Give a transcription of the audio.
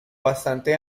bastante